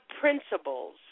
principles